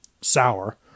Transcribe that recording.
sour